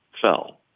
fell